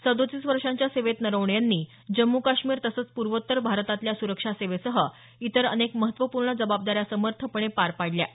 सदोतीस वर्षांच्या सेवेत नरवणे यांनी जम्मू काश्मीर तसंच पूर्वोत्तर भारतातल्या सुरक्षा सेवेसह इतर अनेक महत्त्वपूर्ण जबाबदाऱ्या समर्थपणे पार पाडल्या आहेत